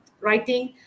writing